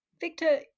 Victor